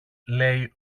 λέει